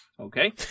Okay